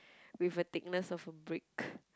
with a thickness of a brick